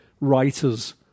writers